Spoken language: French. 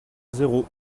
zéro